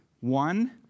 One